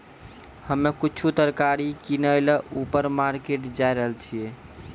हम्मे कुछु तरकारी किनै ल ऊपर मार्केट जाय रहलो छियै